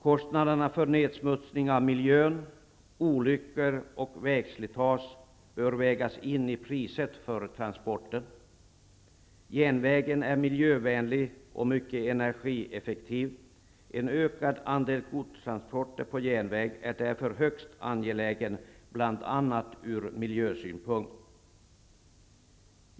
Kostnaderna för nedsmutsning av miljön, olyckor och vägslitage bör vägas in i priset för transporten. Järnvägen är miljövänlig och mycket energieffektiv. En ökad andel godstransporter på järnväg är därför högst angelägen, bl.a. ur miljösynpunkt.